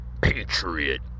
Patriot